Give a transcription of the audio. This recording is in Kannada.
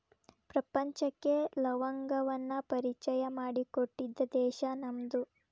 ಪ್ರಪಂಚಕ್ಕೆ ಲವಂಗವನ್ನಾ ಪರಿಚಯಾ ಮಾಡಿಕೊಟ್ಟಿದ್ದ ದೇಶಾ ನಮ್ದು